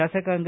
ಶಾಸಕಾಂಗ